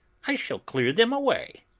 i shall clear them away.